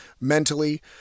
mentally